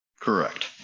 Correct